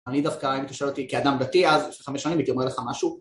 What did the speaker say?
אני דווקא, אם תשאל אותי, כאדם דתי אז, חמש שנים הייתי אומר לך משהו...